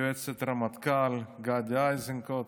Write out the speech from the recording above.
יועצת הרמטכ"ל גדי איזנקוט